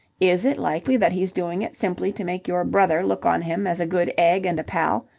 is it likely that he's doing it simply to make your brother look on him as a good egg and a pal,